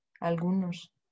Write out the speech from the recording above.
algunos